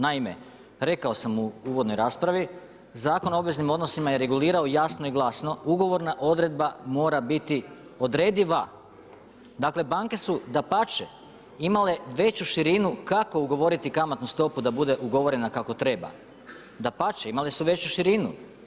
Naime, rekao sam u uvodnoj raspravi, Zakon o obveznim odnosima je regulirao jasno i glasno, ugovorna odredba mora biti odrediva, dakle banke su dapače imale veću širinu kako ugovoriti kamatnu stopu da bude ugovorena kako treba, dapače imale su veću širinu.